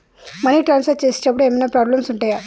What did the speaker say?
Money transfer చేసేటప్పుడు ఏమైనా problems ఉంటయా?